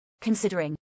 considering